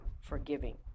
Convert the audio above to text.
forgiving